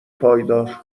پایدار